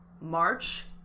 march